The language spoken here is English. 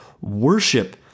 worship